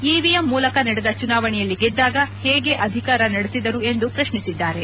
EVM ಮೂಲಕ ನಡೆದ ಚುನಾವಣೆಯಲ್ಲಿ ಗೆದ್ದಾಗ ಹೇಗೆ ಅಧಿಕಾರ ನಡೆಸಿದರು ಎಂದು ಪ್ರಶ್ನಿಸಿದ್ದಾರೆ